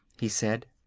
he said.